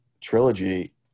trilogy